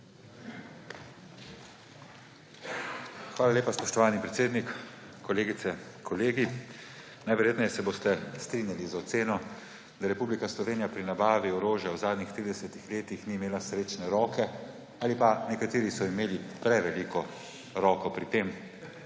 Hvala lepa, spoštovani predsednik. Kolegice, kolegi! Najverjetneje se boste strinjali z oceno, da Republika Slovenija pri nabavi orožja v zadnjih 30 letih ni imela srečne roke ali pa so nekateri imeli preveliko roko pri tem.